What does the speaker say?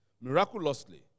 Miraculously